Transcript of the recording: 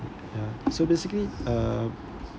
ya so basically uh